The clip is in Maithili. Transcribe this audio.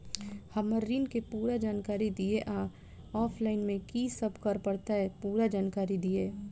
हम्मर ऋण केँ पूरा जानकारी दिय आ ऑफलाइन मे की सब करऽ पड़तै पूरा जानकारी दिय?